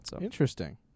Interesting